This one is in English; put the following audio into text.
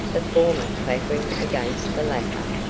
the former clattering against the latter,